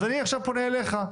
אז אני עכשיו פונה אליך.